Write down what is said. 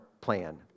plan